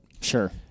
Sure